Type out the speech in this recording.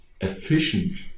efficient